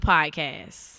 Podcast